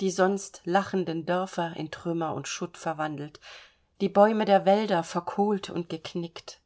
die sonst lachenden dörfer in trümmer und schutt verwandelt die bäume der wälder verkohlt und geknickt